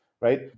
right